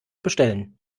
bestellen